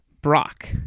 Brock